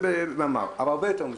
אבל הרבה יותר מזה.